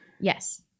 Yes